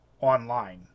online